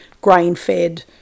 grain-fed